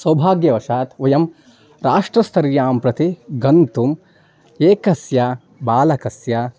सौभाग्यवशात् वयं राष्ट्रस्तरं प्रति गन्तुम् एकस्य बालकस्य